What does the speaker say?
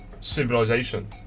Civilization